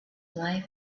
life